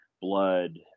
blood